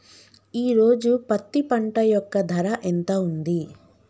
ఈ రోజు పత్తి పంట యొక్క ధర ఎంత ఉంది?